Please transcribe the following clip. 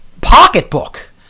pocketbook